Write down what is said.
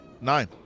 nine